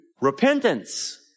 repentance